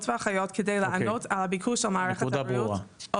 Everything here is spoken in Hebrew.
ואחיות כדי לענות על הביקוש של מערכת הבריאות,